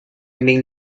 mean